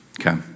Okay